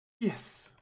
yes